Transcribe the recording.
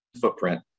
footprint